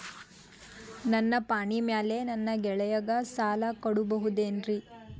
ನನ್ನ ಪಾಣಿಮ್ಯಾಲೆ ನನ್ನ ಗೆಳೆಯಗ ಸಾಲ ಕೊಡಬಹುದೇನ್ರೇ?